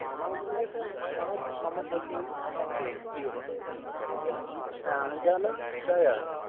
मम गृहे त अहं मम पत्नी मम पुत्री एव इत्युक्ते आ जन त्रय एव